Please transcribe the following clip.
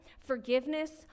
forgiveness